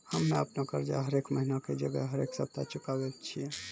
हम्मे अपनो कर्जा हरेक महिना के जगह हरेक सप्ताह चुकाबै छियै